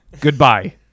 Goodbye